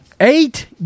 Eight